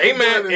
Amen